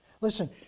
Listen